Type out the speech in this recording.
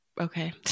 okay